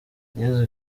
yezu